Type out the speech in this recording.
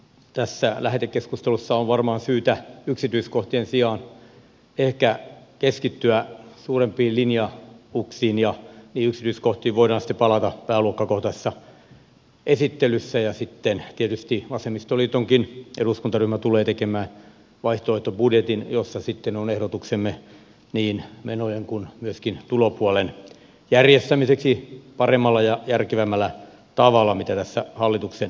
tässä lähetekeskustelussa on ehkä syytä yksityiskohtien sijaan keskittyä suurempiin linjauksiin ja niihin yksityiskohtiin voidaan sitten palata pääluokkakohtaisessa esittelyssä ja tietysti vasemmistoliitonkin eduskuntaryhmä tulee tekemään vaihtoehtobudjetin jossa sitten on ehdotuksemme niin menojen kuin myöskin tulopuolen järjestämiseksi paremmalla ja järkevämmällä tavalla kuin tässä hallituksen esityksessä